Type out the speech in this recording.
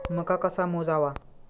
मका कसा मोजावा?